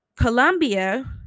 colombia